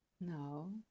No